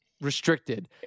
restricted